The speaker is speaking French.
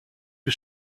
que